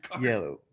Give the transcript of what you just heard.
yellow